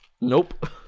Nope